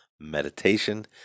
meditation